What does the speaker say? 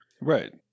Right